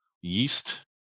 yeast